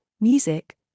music